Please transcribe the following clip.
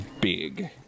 big